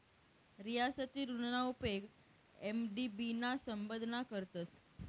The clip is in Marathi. रियासती ऋणना उपेग एम.डी.बी ना संबंधमा करतस